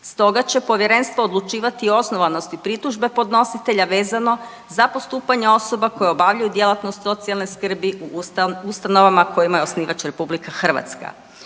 Stoga će povjerenstvo odlučivati o osnovanosti pritužbe podnositelja vezano za postupanja osoba koje obavljaju djelatnost socijalne skrbi u ustanovama kojima je osnivač RH.